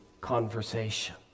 conversation